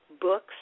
books